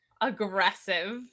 Aggressive